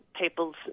people's